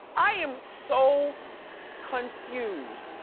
i am so confused.